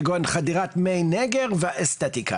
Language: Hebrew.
כגון: חדירת מי נגר ואסתטיקה.